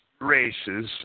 races